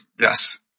Yes